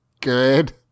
good